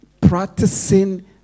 practicing